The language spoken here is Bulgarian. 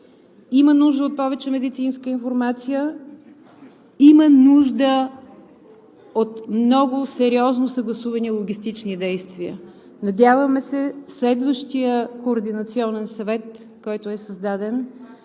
Има нужда от повече медицинска информация, има нужда от много сериозно съгласувани логистични действия. Надяваме се следващият координационен съвет, който е създаден,